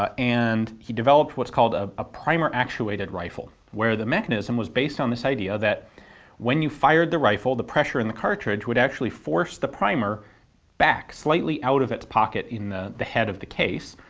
ah and he developed what's called a ah primer actuated rifle, where the mechanism was based on this idea that when you fired the rifle the pressure in the cartridge would actually force the primer back slightly out of its pocket in the the head of the case,